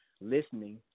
listening